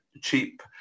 cheap